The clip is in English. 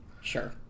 sure